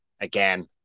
again